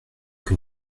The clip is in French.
que